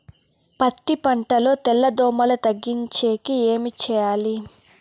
పత్తి పంటలో తెల్ల దోమల తగ్గించేకి ఏమి చేయాలి?